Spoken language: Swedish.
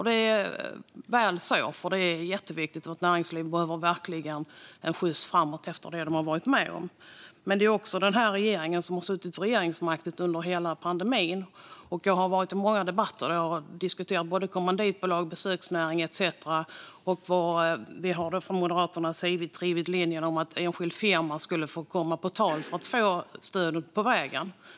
Det är bra så, för vårt näringsliv är jätteviktigt och behöver verkligen en skjuts framåt efter det man har varit med om. Men det är också den här regeringen som har suttit vid regeringsmakten under hela pandemin. Jag har varit i många debatter och diskuterat kommanditbolag, besöksnäring etcetera, och från Moderaternas sida har vi drivit linjen att enskild firma skulle komma på tal för att få stöd på vägen.